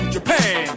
Japan